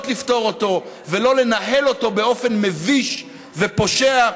לפתור ולא לנהל אותו באופן מביש ופושע.